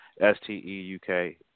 S-T-E-U-K